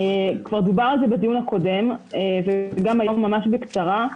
כבר דובר על זה בדיון הקודם וגם היום ממש בקצרה.